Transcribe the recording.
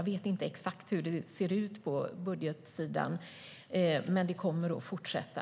Jag vet inte exakt hur det ser ut på budgetsidan, men projektet kommer att fortsätta.